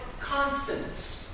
constants